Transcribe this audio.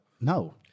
No